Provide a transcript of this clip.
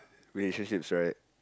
relationships right